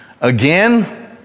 Again